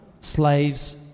slaves